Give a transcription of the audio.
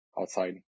outside